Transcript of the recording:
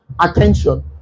attention